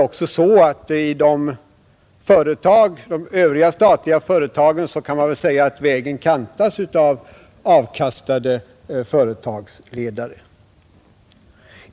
Likaså kan man väl säga att i Övriga statsföretag kantas vägen av avkastade företagsledare.